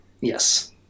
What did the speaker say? Yes